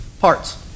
parts